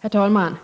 Herr talman!